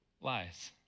lies